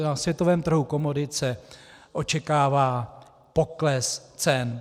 Na světovém trhu komodit se očekává pokles cen.